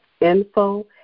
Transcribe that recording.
info